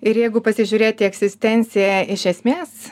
ir jeigu pasižiūrėti į egzistenciją iš esmės